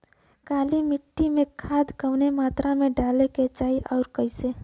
काली मिट्टी में खाद कवने मात्रा में डाले के चाही अउर कइसे?